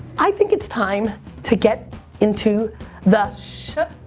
i think it's time to get into the. show.